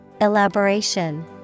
Elaboration